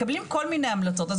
מקבלים כל מיני המלצות.